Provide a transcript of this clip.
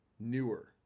newer